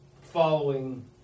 following